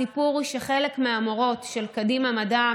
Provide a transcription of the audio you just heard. הסיפור הוא שחלק מהמורות של קדימה מדע,